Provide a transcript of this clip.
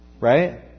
right